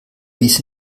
wies